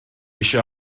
eisiau